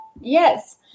Yes